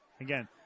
Again